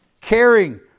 Caring